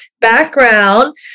background